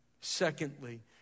Secondly